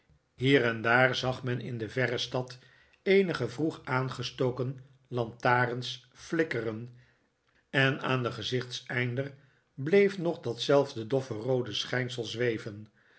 hier en daar zag men in de yerre stad eenige vroeg aangestoken lantarens flikkeren en aan den gezichtseinder bleef nog datzelfde dofroode schijnsel zweven